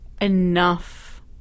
enough